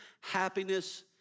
happiness